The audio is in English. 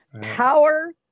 power